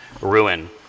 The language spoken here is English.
ruin